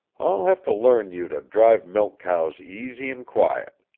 i'll have to learn you to drive milch cows easy an' quiet.